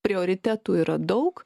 prioritetų yra daug